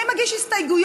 מי מגיש הסתייגויות?